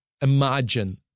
imagine